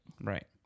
Right